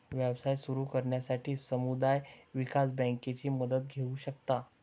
व्यवसाय सुरू करण्यासाठी समुदाय विकास बँकेची मदत घेऊ शकता